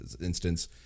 instance